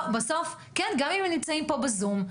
גם אם הם נמצאים פה בזום,